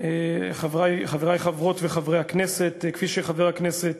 חברי חברות וחברי הכנסת, כפי שחבר הכנסת